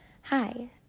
Hi